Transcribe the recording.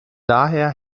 daher